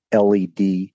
LED